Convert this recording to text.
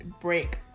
break